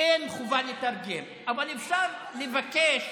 אין חובה לתרגם, אבל אפשר לבקש